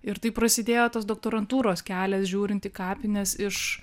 ir taip prasidėjo tas doktorantūros kelias žiūrint į kapines iš